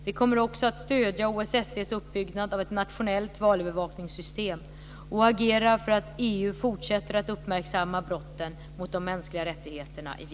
Vi kommer också att stödja OSSE:s uppbyggnad av ett nationellt valövervakningssystem och agera för att EU fortsätter att uppmärksamma brotten mot de mänskliga rättigheterna i